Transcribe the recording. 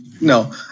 No